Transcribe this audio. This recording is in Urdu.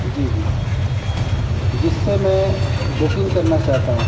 جی جی جس سے میں بکنگ کرنا چاہتا ہوں